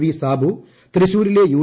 V Sabu തൃശൂരിലെ U